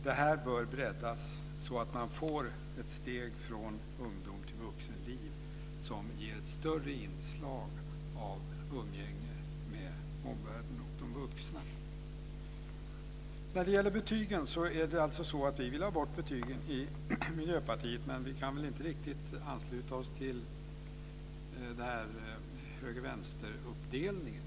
Detta bör breddas så att det blir ett steg från ungdom till vuxenlivet som ger ett större inslag av umgänge med de vuxna i omvärlden. Vi i Miljöpartiet vill ha bort betygen, men vi kan inte riktigt ansluta oss till höger-vänsteruppdelningen.